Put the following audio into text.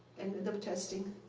and the testing.